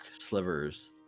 slivers